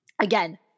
again